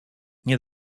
nie